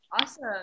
Awesome